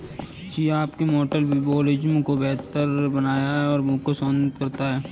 chia आपके metabolism को बेहतर बनाता है और भूख को शांत करता है